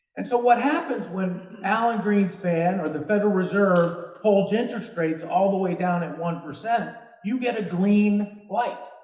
and so what happens when alan greenspan or the federal reserve holds interest rates all the way down at one? you get a green light.